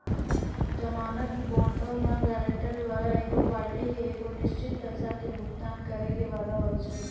जमानत बांडो मे गायरंटर द्वारा एगो पार्टी के एगो निश्चित पैसा के भुगतान करै के वादा होय छै